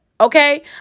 okay